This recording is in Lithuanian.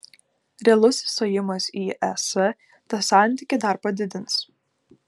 realus įstojimas į es tą santykį dar padidins